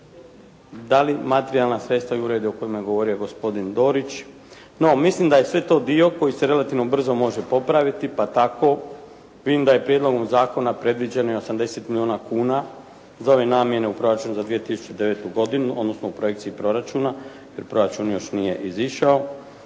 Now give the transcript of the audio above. da li materijalna sredstva …/Govornik se ne razumije./… o kojima je govorio gospodin Dorić. No, mislim da je sve to dio koji se relativno brzo može popraviti pa tako vidim da je prijedlogom zakona predviđeno i 80 milijuna kuna za ove namjene u proračunu za 2009. godinu, odnosno u projekciji proračuna jer proračun još nije izišao,